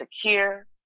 secure